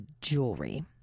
jewelry